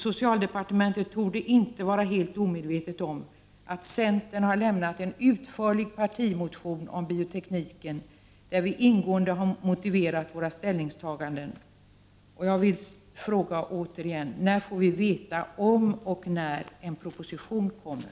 Socialdepartementet torde inte vara helt omedvetet om att centern har lämnat en utförlig partimotion om biotekniken, där vi ingående har motiverat våra ställningstaganden. Jag frågar återigen: När får vi veta om och när en proposition kommer?